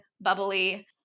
bubbly